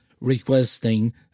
requesting